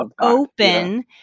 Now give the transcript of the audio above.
open